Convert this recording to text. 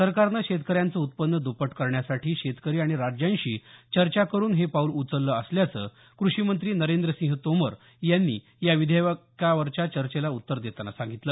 सरकारनं शेतकऱ्यांचं उत्पन्न दप्पट करण्यासाठी शेतकरी आणि राज्यांशी चर्चा करुन हे पाऊल उचललं असल्याचं कृषी मंत्री नरेंद्र सिंह तोमर यांनी या विधेयकावरच्या चर्चेला उत्तर देताना सांगितलं